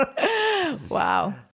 Wow